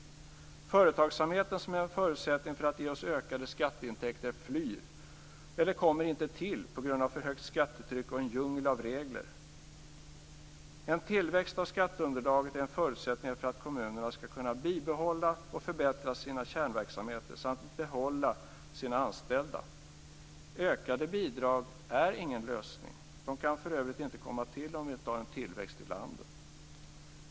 Företagsamheten, som är en förutsättning för att ge oss ökade skatteintäkter, flyr eller kommer inte till på grund av för högt skattetryck och en djungel av regler. En tillväxt av skatteunderlaget är en förutsättning för att kommunerna skall kunna bibehålla och förbättra sina kärnverksamheter samt behålla sina anställda. Ökade bidrag är ingen lösning. De kan för övrigt inte komma till stånd om vi inte har en tillväxt i landet.